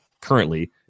currently